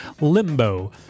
Limbo